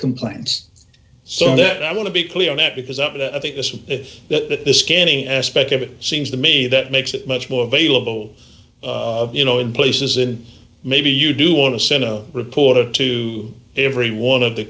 complaints so that i want to be clear on that because up to i think this is that scanning aspect of it seems to me that makes it much more available you know in places and maybe you do want to send a reporter to every one of the